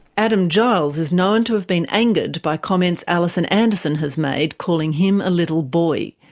adam giles is known to have been angered by comments alison anderson has made, calling him a little boy.